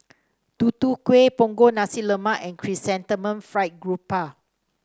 Tutu Kueh Punggol Nasi Lemak and Chrysanthemum Fried Garoupa